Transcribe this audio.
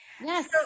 Yes